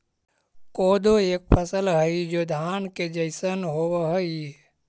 कोदो एक फसल हई जो धान के जैसन होव हई